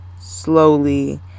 slowly